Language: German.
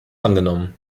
angenommen